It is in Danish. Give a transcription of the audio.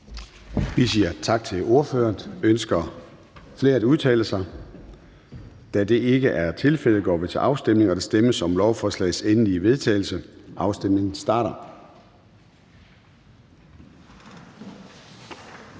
Vi siger tak til ordføreren. Ønsker flere at udtale sig? Da det ikke er tilfældet, går vi til afstemning. Kl. 09:38 Afstemning Formanden (Søren Gade): Der stemmes om lovforslagets endelige vedtagelse. Afstemningen starter.